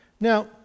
now